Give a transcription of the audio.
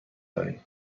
داریم